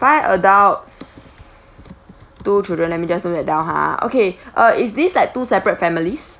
five adults two children let me just note that down ha okay uh is this like two separate families